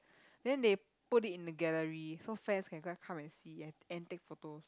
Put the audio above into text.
then they put it in the gallery so fans can just come and see and and take photos